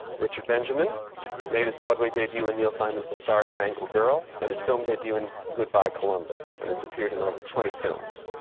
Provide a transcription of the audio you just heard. richard benjamin made his broadway debut in neil simon's the star-spangled girl and his film debut in goodbye, columbus, and has appeared in over twenty films.